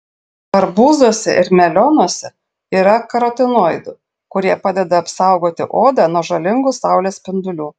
arbūzuose ir melionuose yra karotinoidų kurie padeda apsaugoti odą nuo žalingų saulės spindulių